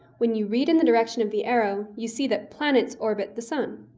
when you read in the direction of the arrow, you see that planets orbit the sun.